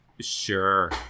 Sure